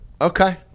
Okay